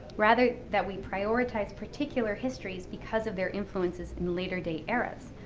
rather that we prioritize particular histories because of their influences in later-day eras,